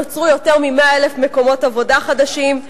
נוצרו יותר מ-100,000 מקומות עבודה חדשים.